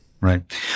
Right